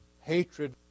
Hatred